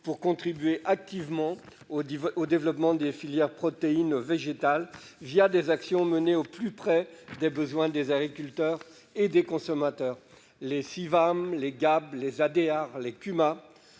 pour contribuer activement au développement des filières protéines végétales des actions menées au plus près des besoins des agriculteurs et des consommateurs. Les Civam, les GAB, les Adear, les Cuma,